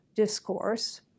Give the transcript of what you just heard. discourse